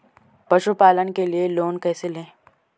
पशुपालन के लिए लोन कैसे लें?